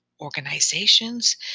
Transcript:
organizations